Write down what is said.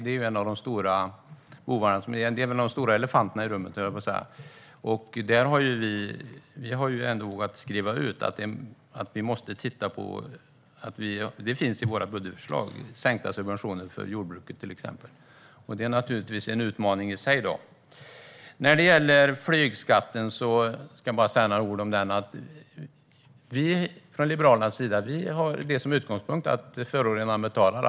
Det är en av de stora bovarna - jag höll på att säga att det är en av de stora elefanterna i rummet. Vi har vågat ta med exempelvis sänkta subventioner till jordbruket i våra budgetförslag. Detta är naturligtvis en utmaning i sig. Jag vill också säga några ord om flygskatten. Från Liberalernas sida har vi som utgångspunkt att förorenaren betalar.